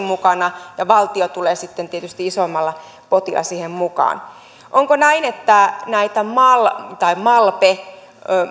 mukana ja valtio tulee sitten tietysti isommalla potilla siihen mukaan onko näin että aiotaan jatkaa näitä mal tai malpe sopimuksia